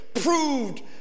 proved